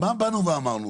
מה באנו ואמרנו?